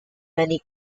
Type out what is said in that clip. many